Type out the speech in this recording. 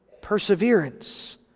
perseverance